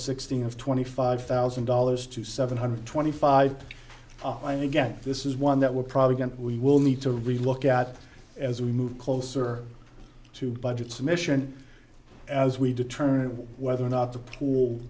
sixteen of twenty five thousand dollars to seven hundred twenty five again this is one that we're probably going to we will need to really look at as we move closer to budget submission as we determine whether or not the pool